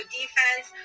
defense